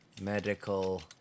medical